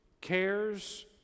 cares